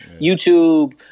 YouTube